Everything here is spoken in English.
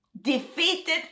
defeated